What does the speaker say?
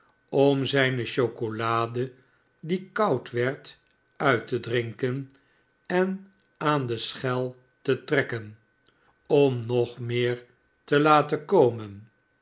om zijne chocolade die koud werd uit te drinken en aan de schel te trekken omnog meer te laten komen